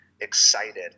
excited